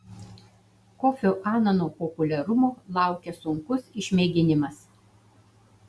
kofio anano populiarumo laukia sunkus išmėginimas